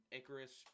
Icarus